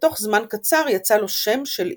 ותוך זמן קצר יצא לו שם של עילוי.